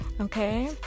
Okay